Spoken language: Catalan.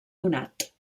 donat